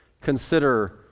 consider